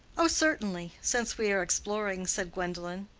oh, certainly since we are exploring, said gwendolen.